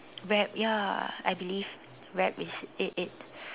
rap ya I believe rap is it it